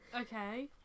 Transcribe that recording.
Okay